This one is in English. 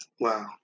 Wow